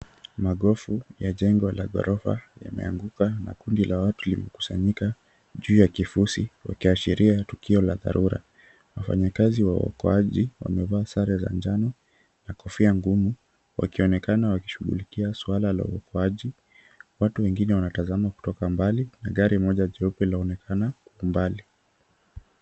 Magofu ya jengo la ghorofa yameanguka na kundi la watu limekusanyia juu ya kifusi wakiashiria tukio la darura. Wafanyikazi wa uokoaji wamevaa sare za njano na kofia ngumu, wakionekana wakishughulikia suala la uokoaji. Watu wengine wanatazama kutoka mbali na gari moja jeupe laonekana kwa mbali.